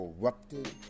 corrupted